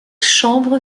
chambre